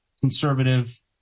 conservative